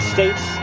States